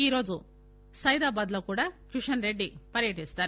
ఈ రోజు సైదాబాద్లో కూడా కిషన్ రెడ్డి పర్యటిస్తారు